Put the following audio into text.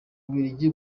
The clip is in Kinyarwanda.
bubiligi